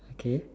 okay